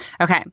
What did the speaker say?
Okay